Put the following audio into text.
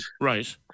right